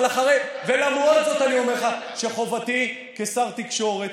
ולמרות זאת אני אומר לך שחובתי כשר תקשורת